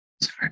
Sorry